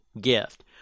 gift